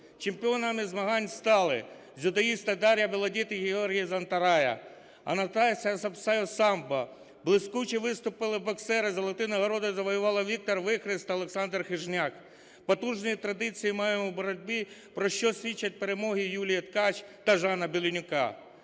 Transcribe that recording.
Чемпіонами змагань стали: дзюдоїсти Дар'я Білодід і Георгій Зантарая, Анастасія Сапсай – самба. Блискуче виступили боксери, золоті нагороди завоювали Віктор Вихрист та Олександр Хижняк. Потужні традиції маємо у боротьбі, про що свідчать перемоги Юлії Ткач та Жана Беленюка.